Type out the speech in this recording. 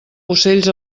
ocells